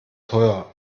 teuer